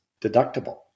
deductible